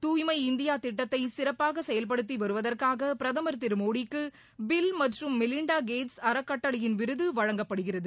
தூய்மை இந்தியா திட்டத்தை சிறப்பாக செயல்படுத்திவருவதற்காக பிரதமர் திரு மோடிக்கு பில் மற்றும் மெலிண்டாகேட்ஸ் அறக்கட்டளையின் விருது வழங்கப்படுகிறது